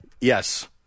Yes